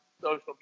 social